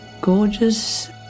gorgeous